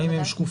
האם הם שקופים?